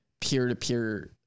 peer-to-peer